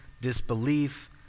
disbelief